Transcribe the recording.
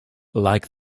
like